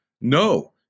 no